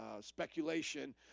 speculation